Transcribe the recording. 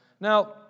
Now